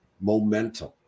momentum